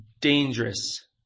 dangerous